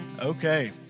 Okay